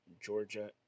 Georgia